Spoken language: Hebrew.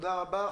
תודה רבה.